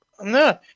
No